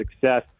success